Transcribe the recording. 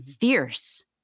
fierce